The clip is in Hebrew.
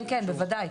כן בוודאי,